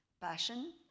passion